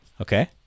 Okay